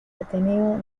ateneo